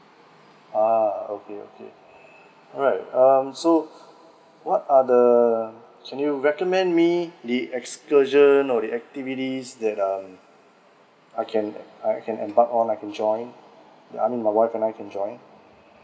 ah okay okay alright um so what are the can you recommend me the excursion or the activities that um I can I can embark on I can join I mean my wife and I can join